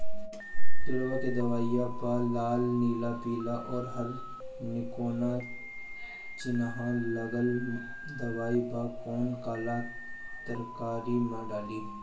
किड़वा के दवाईया प लाल नीला पीला और हर तिकोना चिनहा लगल दवाई बा कौन काला तरकारी मैं डाली?